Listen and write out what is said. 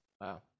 Wow